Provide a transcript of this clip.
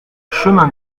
chemin